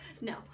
no